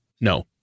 No